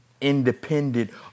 independent